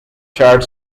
chad